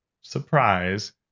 surprise